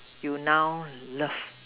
you now love